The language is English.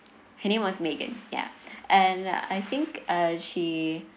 her name was megan ya and I think uh she